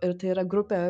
ir tai yra grupė